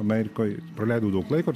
amerikoj praleidau daug laiko